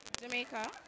Jamaica